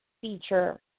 feature